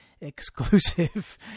exclusive